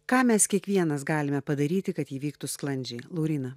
ką mes kiekvienas galime padaryti kad ji vyktų sklandžiai lauryna